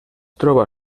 troba